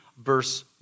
verse